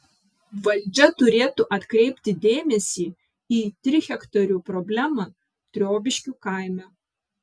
valdžia turėtų atkreipti dėmesį į trihektarių problemą triobiškių kaime